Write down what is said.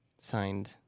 Signed